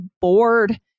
bored